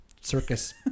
circus